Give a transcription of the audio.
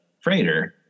freighter